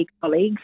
colleagues